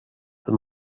the